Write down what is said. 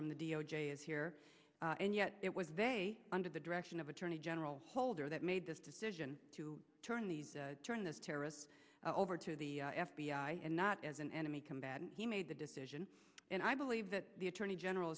from the d o j is here and yet it was under the direction of attorney general holder that made this decision to turn these turn those terrorists over to the f b i and not as an enemy combatant he made the decision and i believe that the attorney general